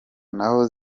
n’aho